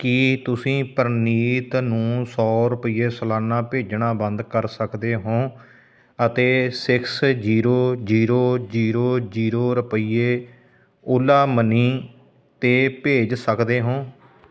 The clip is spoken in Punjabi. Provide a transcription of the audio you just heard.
ਕੀ ਤੁਸੀਂ ਪ੍ਰਨੀਤ ਨੂੰ ਸੌ ਰੁਪਈਏ ਸਲਾਨਾ ਭੇਜਣਾ ਬੰਦ ਕਰ ਸਕਦੇ ਹੋ ਅਤੇ six zero zero zero zero ਰੁਪਈਏ ਓਲਾ ਮਨੀ 'ਤੇ ਭੇਜ ਸਕਦੇ ਹੋ